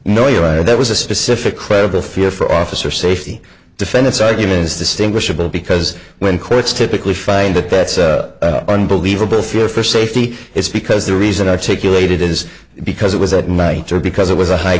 know you're right that was a specific credible fear for officer safety defendants arguments distinguishable because when courts typically find that that's unbelievable fear for safety it's because the reason i take you laid it is because it was at night because it was a high